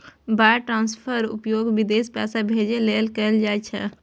wire ट्रांसफरक उपयोग विदेश पैसा भेजै लेल कैल जाइ छै